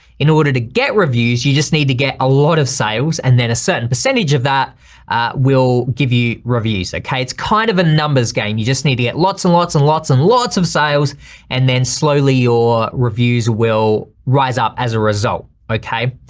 in order to get reviews, you just need to get a lot of sales and then a certain percentage of that will give you reviews, okay. it's kind of a numbers game, you just need to get lots and lots and lots and lots of sales and then slowly your reviews will rise up as a result, okay.